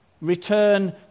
Return